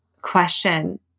question